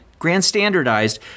grandstandardized